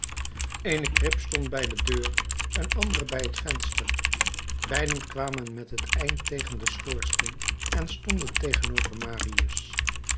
eene krib stond bij de deur een andere bij het venster beide kwamen met het eind tegen den schoorsteen en stonden tegenover marius